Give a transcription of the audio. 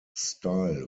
style